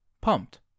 pumped